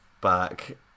back